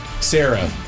Sarah